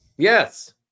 Yes